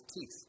teeth